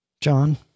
John